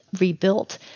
rebuilt